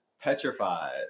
Petrified